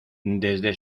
desde